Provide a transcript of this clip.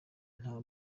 nta